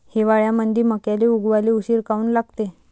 हिवाळ्यामंदी मक्याले उगवाले उशीर काऊन लागते?